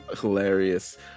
Hilarious